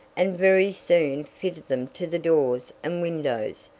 and very soon fitted them to the doors and windows,